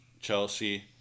Chelsea